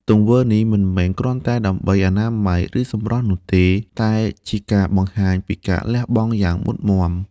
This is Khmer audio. ទង្វើនេះមិនមែនគ្រាន់តែដើម្បីអនាម័យ ឬសម្រស់នោះទេ តែជាការបង្ហាញពីការលះបង់យ៉ាងមុតមាំ។